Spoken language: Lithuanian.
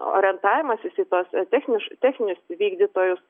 orientavimasis į tuos techniš techninius vykdytojus